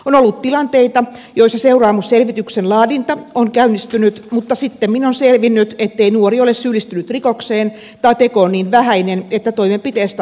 on ollut tilanteita joissa seuraamusselvityksen laadinta on käynnistynyt mutta sittemmin on selvinnyt ettei nuori ole syyllistynyt rikokseen tai teko on niin vähäinen että toimenpiteistä luovutaan